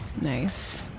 Nice